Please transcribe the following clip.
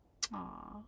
Aww